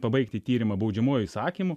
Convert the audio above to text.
pabaigti tyrimą baudžiamuoju įsakymu